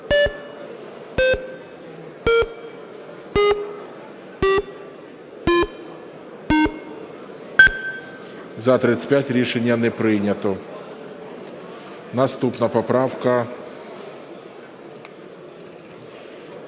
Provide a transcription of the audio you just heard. За-35 Рішення не прийнято. Наступна поправка…